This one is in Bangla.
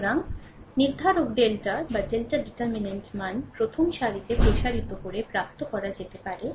সুতরাং নির্ধারক ডেল্টার মান প্রথম সারিতে প্রসারিত করে প্রাপ্ত করা যেতে পারে